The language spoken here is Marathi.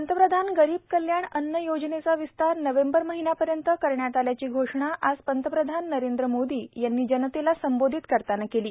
पंतप्रधान गरीब कल्याण अन्न योजनेचा विसतार नोवेंबर महिन्या पर्यन्त करण्यात आल्याची घोषणा आज पंतप्रधान नरेंद्र मोदी यांनी जनतेला संबोधित करताना केली